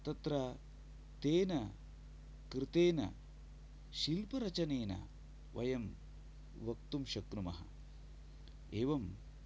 तत्र तेन कृतेन शिल्परचनेन वयं वक्तुं शक्नुमः एवम्